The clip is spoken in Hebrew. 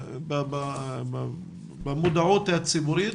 במודעות הציבורית,